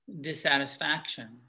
dissatisfaction